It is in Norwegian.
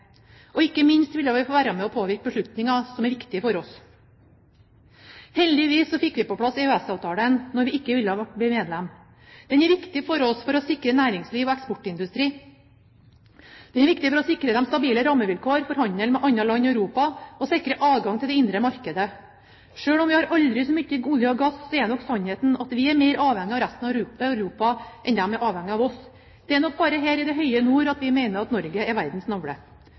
ikke minst ville vi fått være med og påvirke beslutninger som er viktige for oss. Heldigvis fikk vi på plass EØS-avtalen når vi ikke ville bli medlem. Den er viktig for oss for å sikre næringslivet og eksportindustrien stabile rammevilkår for handel med andre land i Europa og sikre adgang til det indre markedet. Selv om vi har aldri så mye olje og gass, er nok sannheten den at vi er mer avhengig av resten av Europa enn Europa er avhengig av oss. Det er nok bare her i det høye nord vi mener at Norge er verdens navle.